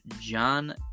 John